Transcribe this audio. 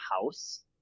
house